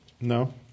No